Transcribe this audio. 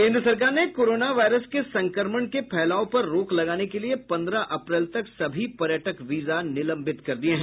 केन्द्र सरकार ने कोरोना वायरस के संक्रमण के फैलाव पर रोक लगाने के लिए पन्द्रह अप्रैल तक सभी पर्यटक वीजा निलंबित कर दिए हैं